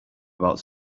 about